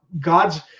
God's